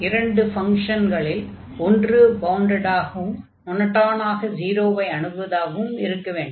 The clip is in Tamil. இரண்டு ஃபங்ஷன்களில் ஒன்று பவுண்டடாகவும் மொனொடொனாக 0 ஐ அணுகுவதாகவும் இருக்க வேண்டும்